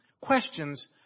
Questions